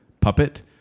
puppet